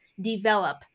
develop